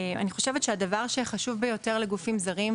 אני חושבת שהדבר החשוב ביותר לגופים זרים,